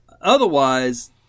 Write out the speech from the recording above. Otherwise